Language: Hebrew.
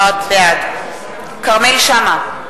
בעד כרמל שאמה,